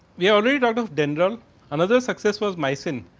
we already. kind of dendron another success was mission.